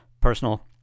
personal